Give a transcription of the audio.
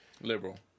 Liberal